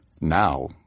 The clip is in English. Now